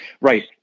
Right